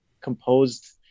composed